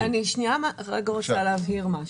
אני רוצה להבהיר משהו.